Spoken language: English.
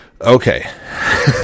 okay